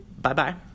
Bye-bye